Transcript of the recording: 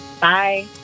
Bye